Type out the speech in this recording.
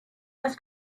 has